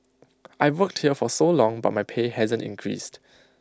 I've worked here for so long but my pay hasn't increased